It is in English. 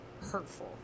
hurtful